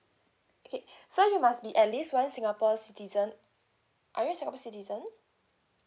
okay so you must be at least one singapore citizen are you singapore citizen